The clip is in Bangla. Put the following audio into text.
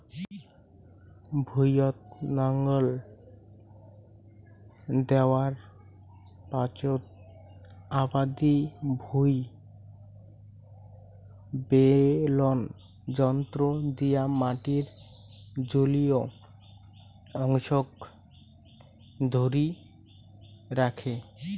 ভুঁইয়ত নাঙল দ্যাওয়ার পাচোত আবাদি ভুঁই বেলন যন্ত্র দিয়া মাটির জলীয় অংশক ধরি রাখে